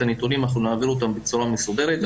הנתונים אנחנו נעביר אותם בצורה מסודרת.